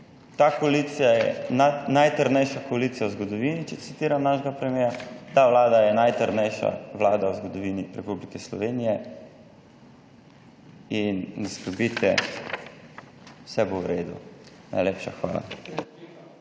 Ta koalicija je najtrdnejša koalicija v zgodovini, če citiram našega premierja, ta vlada je najtrdnejša vlada v zgodovini Republike Slovenije in ne skrbite, vse bo v redu. Najlepša hvala.